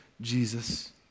Jesus